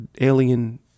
alien